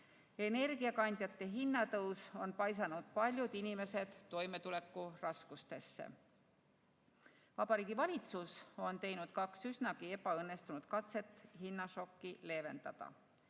Energiakandjate hinna tõus on paisanud paljud inimesed toimetulekuraskustesse. Vabariigi Valitsus on teinud kaks üsnagi ebaõnnestunud katset hinnašokki leevendada.